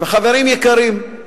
חברים יקרים,